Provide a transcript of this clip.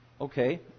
okay